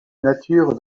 nature